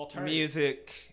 music